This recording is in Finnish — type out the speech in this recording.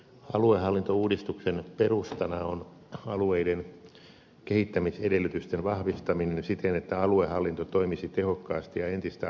aluehallintouudistuksen perustana on alueiden kehittämisedellytysten vahvistaminen siten että aluehallinto toimisi tehokkaasti ja entistä asiakaslähtöisemmin